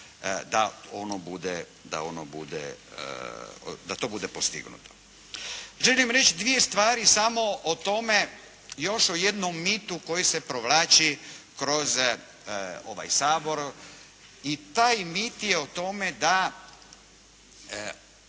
da ono bude, da to bude postignuto. Želim reći dvije stvari samo o tome, još o jednom mitu koji se provlači kroz ovaj Sabor i taj mit je o tome da